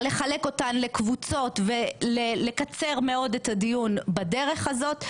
לחלק אותן לקבוצות ולקצר מאוד את הדיון בדרך הזאת.